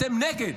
אתם נגד.